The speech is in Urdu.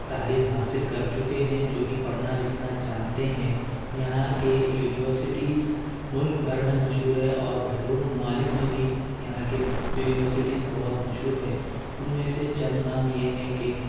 تعلیم حاصل کر چکے ہیں جو کہ پڑھنا لکھنا جانتے ہیں یہاں کے یونیورسٹیز ملک بھر میں مشہور ہے اور بہرون ممالک میں بھی یہاں کی یونیورسٹیز بہت مشہور ہے ان میں سے چند نام یہ ہیں کہ